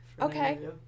Okay